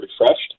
refreshed